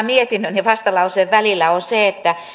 mietinnön ja vastalauseen välillä on se että